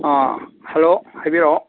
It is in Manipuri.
ꯑꯥ ꯍꯜꯂꯣ ꯍꯥꯏꯕꯤꯔꯛꯑꯣ